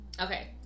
okay